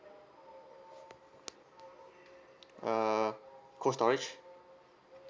uh Cold Storage